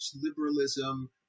liberalism